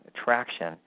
attraction